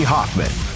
Hoffman